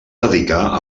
dedicar